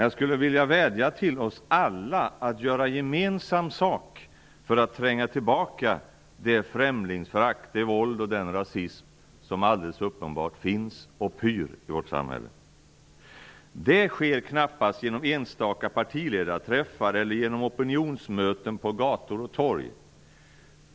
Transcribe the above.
Jag skulle vilja vädja till alla att göra gemensam sak för att tränga tillbaka det främlingsförakt, det våld och den rasism som alldeles uppenbart finns och som pyr i vårt samhälle. Detta sker knappast genom enstaka partiledarträffar eller genom opinionsmöten på gator och torg.